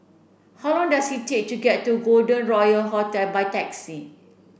how long does it take to get to Golden Royal Hotel by taxi